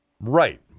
Right